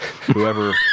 whoever